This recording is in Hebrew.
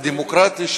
הדמוקרטי,